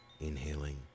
inhaling